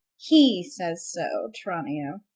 he says so, tranio.